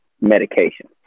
medication